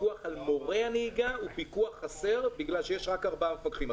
הפיקוח על מורי הנהיגה לוקה בחסר מכיוון שיש רק ארבעה מפקחים.